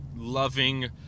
loving